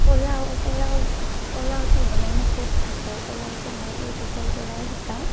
পোলাও পোলাও পোলাওটো বনাই মোৰ খুব ভাল পাওঁ পোলাওটো মই ইউটিউবৰ পৰাই শিকা